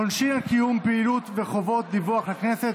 עונשין על קיום פעילות וחובות דיווח לכנסת).